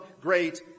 great